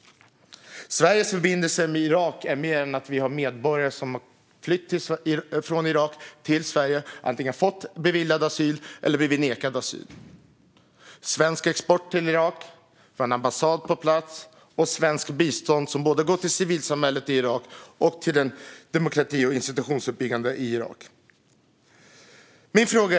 Sveriges förbindelse till Irak består av mer än att irakier har flytt till Sverige och antingen beviljats asyl eller blivit nekade asyl. Sverige har export till Irak, en ambassad på plats och bistånd som går till både civilsamhälle och demokrati och institutionsuppbyggande i Irak.